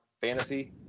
Fantasy